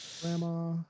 Grandma